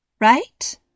right